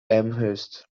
amherst